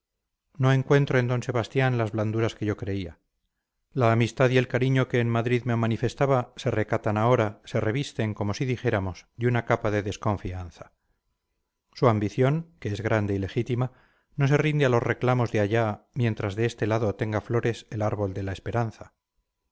no encuentro en d sebastián las blanduras que yo creía la amistad y el cariño que en madrid me manifestaba se recatan ahora se revisten como si dijéramos de una capa de desconfianza su ambición que es grande y legítima no se rinde a los reclamos de allá mientras de este lado tenga flores el árbol de la esperanza